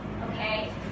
okay